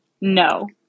No